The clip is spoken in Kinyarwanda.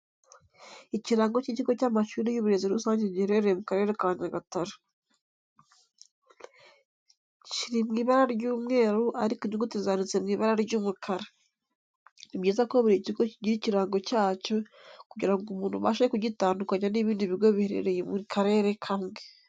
Ikirango cy'ikigo cy'amashuri y'uburezi rusange giherereye mu Karere ka Nyagatare. Kiri mu ibara ry'umweru ariko inyuguti zanditse mu ibara ry'umukara. Ni byiza ko buri kigo kigira ikirango cyacyo kugira ngo umuntu abashe kugitandukanya n'ibindi bigo biherere mu karere kamwe.